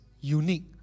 unique